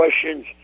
questions